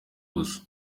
gusa